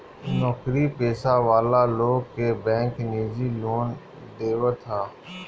नोकरी पेशा वाला लोग के बैंक निजी लोन देवत हअ